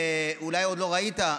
אולי עוד לא ראית,